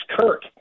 Kirk